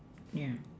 yeah